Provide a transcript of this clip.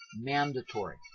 mandatory